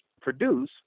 produce